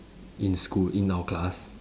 in school in our class